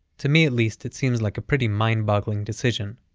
to me at least it seems like a pretty mind-boggling decision.